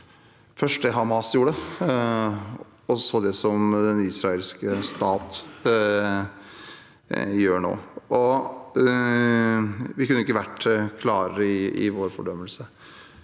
det som Hamas gjorde, og så det den israelske staten gjør nå. Vi kunne ikke vært klarere i vår fordømmelse.